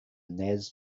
nez